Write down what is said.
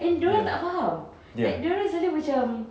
ya ya